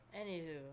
Anywho